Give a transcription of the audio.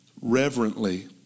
reverently